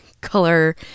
color